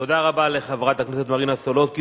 תודה רבה לחברת הכנסת מרינה סולודקין.